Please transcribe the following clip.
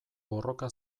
borroka